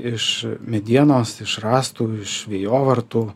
iš medienos iš rąstų iš vėjovartų